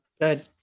good